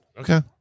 Okay